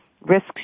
risk